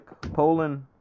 poland